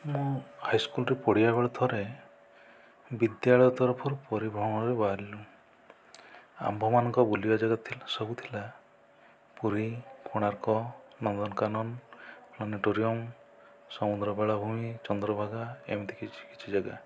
ମୁଁ ହାଇସ୍କୁଲରେ ପଢ଼ିବା ବେଳେ ଥରେ ବିଦ୍ୟାଳୟ ତରଫରୁ ପରିଭ୍ରମଣରେ ବାହାରିଲୁ ଆମ୍ଭମାନଙ୍କ ବୁଲିବା ଯାଗା ଥିଲା ସବୁ ଥିଲା ପୁରୀ କୋଣାର୍କ ନନ୍ଦନକାନନ ପ୍ଲାନେଟୋରିୟମ ସମୁଦ୍ର ବେଳାଭୂମି ଚନ୍ଦ୍ରଭାଗା ଏମିତିକି କିଛି କିଛି ଯାଗା